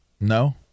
no